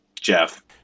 Jeff